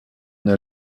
n’a